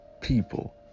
people